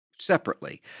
separately